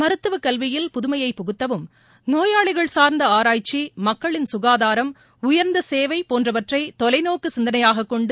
மருத்துவக் கல்வியில் புதுமையை புகுத்தவும் நோயாளிகள் சாா்ந்த ஆராய்ச்சி மக்களின் சுகாதாரம் உயர்ந்த சேவை போன்றவற்றை தொலைநோக்கு சிந்தனையாகக் கொண்டு